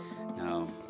No